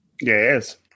Yes